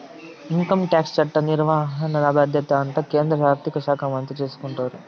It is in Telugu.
ఇన్కంటాక్స్ చట్ట నిర్వహణ బాధ్యత అంతా కేంద్ర ఆర్థిక శాఖ మంత్రి చూసుకుంటారు